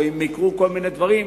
או אם יקרו כל מיני דברים,